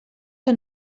que